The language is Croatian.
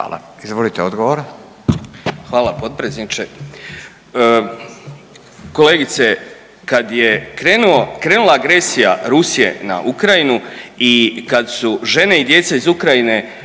Miro (HDZ)** Hvala potpredsjedniče. Kolegice, kad je krenuo, krenula agresija Rusije na Ukrajinu i kad su žene i djeca iz Ukrajine